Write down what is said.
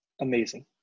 Amazing